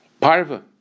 parva